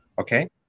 Okay